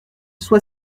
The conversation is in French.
soit